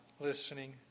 listening